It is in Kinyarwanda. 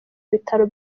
bitaro